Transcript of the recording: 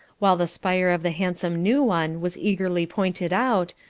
while the spire of the handsome new one was eagerly pointed out,